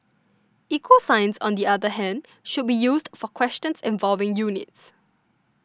equal signs on the other hand should be used for questions involving units